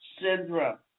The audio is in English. syndrome